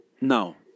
No